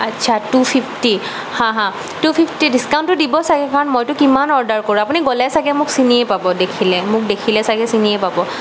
আচ্ছা two fifty হাঁ হাঁ টু ফীফটী ডিচকাউণ্টো দিব চাগৈ কাৰণ মইতো কিমান অৰ্ডাৰ কৰোঁ আপুনি গ'লে চাগৈ মোক চিনিয়েই পাব দেখিলে মোক দেখিলে চাগৈ চিনিয়েই পাব